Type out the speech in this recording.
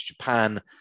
Japan